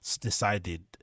decided